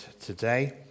today